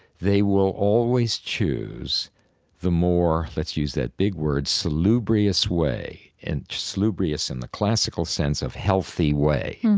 they will always choose the more, let's use that big word, salubrious way, and salubrious in the classical sense of healthy way,